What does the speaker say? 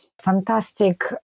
fantastic